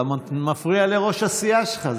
אתה מפריע לראש הסיעה שלך.